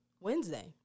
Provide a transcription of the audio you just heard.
Wednesday